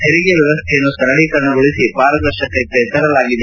ತೆರಿಗೆ ವ್ಯವಸ್ಥೆಯನ್ನು ಸರಳೀಕರಣಗೊಳಿಸಿ ಪಾರದರ್ಶಕತೆ ತರಲಾಗಿದೆ